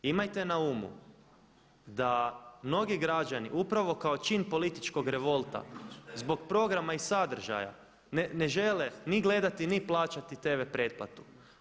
Imajte na umu da mnogi građani upravo kao čin političkog revolta zbog programa i sadržaja ne žele ni gledati, ni plaćati TV pretplatu.